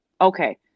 Okay